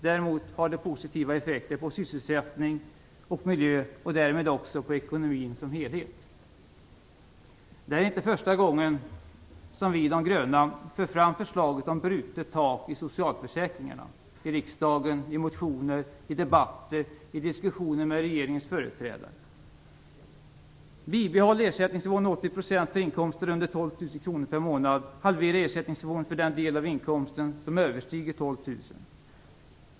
Däremot har det positiva effekter på sysselsättning och miljö, och därmed också på ekonomin som helhet. Det här är inte första gången som vi i De gröna i riksdagen, i motioner, i debatter och i diskussioner med regeringens företrädare för fram förslaget om brutet tak i socialförsäkringarna. Behåll ersättningsnivån 80 % för inkomster under 12 000 kr per månad, halvera ersättningsnivån för den del av inkomsten som överstiger 12 000 kr.